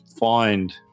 Find